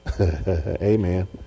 Amen